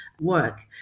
work